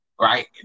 Right